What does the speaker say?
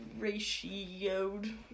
ratioed